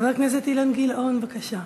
חבר הכנסת אילן גילאון, בבקשה.